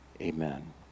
Amen